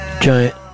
giant